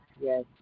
yes